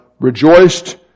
rejoiced